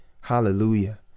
Hallelujah